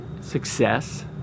success